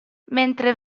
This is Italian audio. mentre